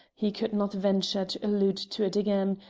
he could not venture to allude to it again,